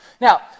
Now